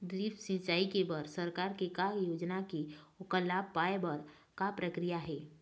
Drip सिचाई बर सरकार के का योजना हे ओकर लाभ पाय बर का प्रक्रिया हे?